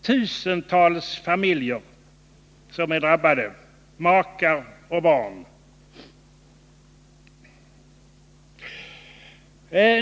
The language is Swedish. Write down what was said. Tusentals familjer är drabbade, makar och barn.